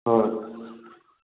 ꯍꯣꯏ